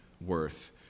worth